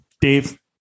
dave